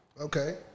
Okay